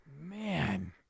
Man